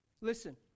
Listen